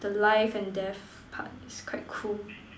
the life and death part is quite cool